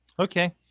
Okay